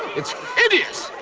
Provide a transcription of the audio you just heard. it's hideous!